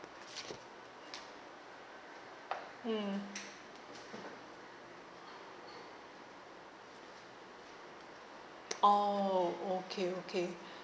mm oh okay okay